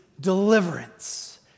deliverance